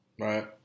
right